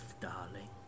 darling